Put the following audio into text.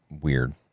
weird